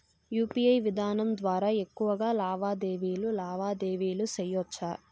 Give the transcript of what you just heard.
UPI విధానం ద్వారా ఎక్కువగా లావాదేవీలు లావాదేవీలు సేయొచ్చా?